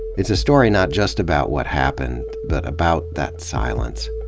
it's a story not just about what happened, but about that silence,